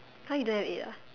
!huh! you don't have eight ah